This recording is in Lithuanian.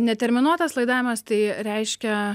neterminuotas laidavimas tai reiškia